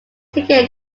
taken